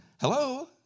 hello